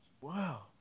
Wow